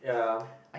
ya